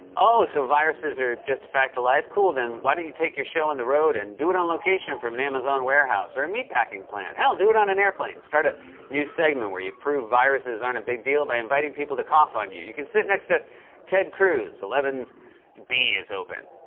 oh, so viruses are just a fact of life? cool. then, why don't you take your show on the road and do it on location from an amazon warehouse or a meatpacking plant? hell, do it on an airplane. a new segment where you prove viruses aren't a big deal by inviting people to cough on you. you can sit next to ted cruz. eleven b is open.